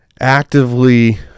actively